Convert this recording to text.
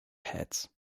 hats